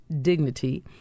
dignity